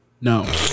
No